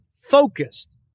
focused